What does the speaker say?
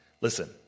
listen